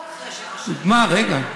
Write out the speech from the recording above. אחרי שבע שנים, מותר למכור,